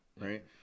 Right